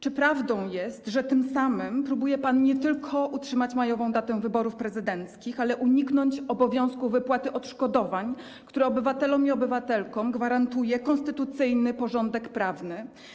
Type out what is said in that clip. Czy prawdą jest, że tym samym próbuje pan nie tylko utrzymać majową datę wyborów prezydenckich, ale także uniknąć obowiązku wypłaty odszkodowań, które obywatelom i obywatelkom gwarantuje konstytucyjny porządek prawny?